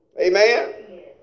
Amen